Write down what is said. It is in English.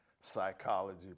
psychology